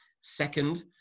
second